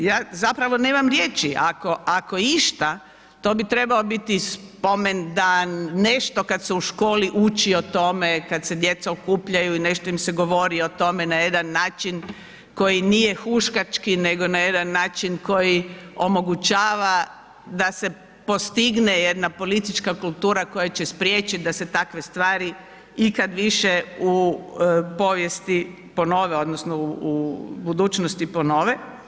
To je, ja zapravo nemam riječi, ako išta to bi trebao biti spomendan, nešto kada se u školi ući o tome, kada se djeca okupljaju i nešto im se govori o tome na jedan način koji nije huškački nego na jedan način koji omogućava da se postigne jedna politička kultura koja će spriječiti da se takve stvari ikad više u povijesti ponove, odnosno u budućnosti ponove.